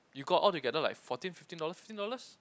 you got altogether like fourteen fifteen fifteen dollars